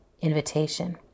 invitation